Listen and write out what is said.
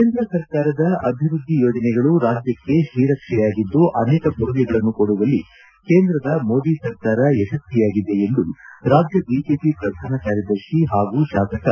ಕೇಂದ್ರ ಸರ್ಕಾರದ ಅಭಿವೃದ್ಧಿ ಯೋಜನೆಗಳು ರಾಜ್ಯಕ್ಕೆ ಶ್ರೀರಕ್ಷೆಯಾಗಿದ್ದು ಅನೇಕ ಕೊಡುಗೆಗಳನ್ನು ಕೊಡುವಲ್ಲಿ ಕೇಂದ್ರದ ಮೋದಿ ಸರ್ಕಾರ ಯಶಸ್ವಿಯಾಗಿದೆ ಎಂದು ರಾಜ್ಯ ಬಿಜೆಪಿ ಪ್ರಧಾನ ಕಾರ್ಯದರ್ಶಿ ಹಾಗೂ ತಾಸಕ